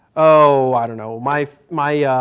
oh, i don't know. my my